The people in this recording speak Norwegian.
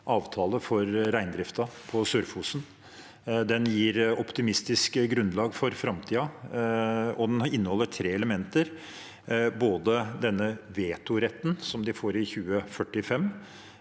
avtale for reindriften på Sør-Fosen. Den gir et optimistisk grunnlag for framtiden. Den inneholder tre elementer: vetoretten som de får i 2045,